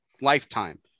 lifetime